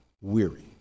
weary